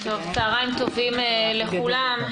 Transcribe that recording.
צהריים טובים לכולם.